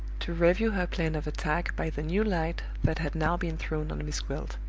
to review her plan of attack by the new light that had now been thrown on miss gwilt.